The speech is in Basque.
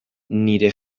nire